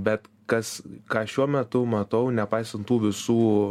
bet kas ką šiuo metu matau nepaisan tų visų